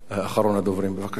אחרון הדוברים, בבקשה.